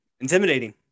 Intimidating